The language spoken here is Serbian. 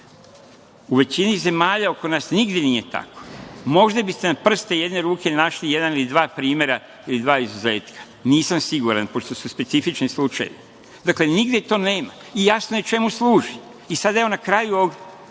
U većini zemalja oko nas nigde nije tako. Možda biste na prste jedne ruke našli jedan ili dva primera ili dva izuzetka. Nisam siguran, pošto su specifični slučajevi. Dakle, nigde to nema i jasno je čemu služi. Sada, na kraju ovog